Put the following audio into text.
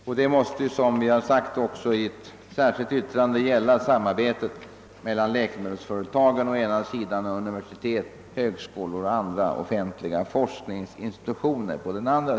Som vi framhållit i ett särskilt yttrande måste detta också gälla samarbetet mellan läkemedelsföretagen å den ena sidan och universitet, högskolor och andra offentliga forskningsinstitutioner å den andra.